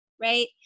Right